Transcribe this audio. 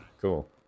cool